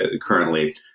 currently